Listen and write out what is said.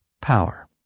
Power